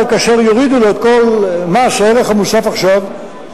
אבל כאשר יורידו לו את כל מס הערך המוסף עכשיו,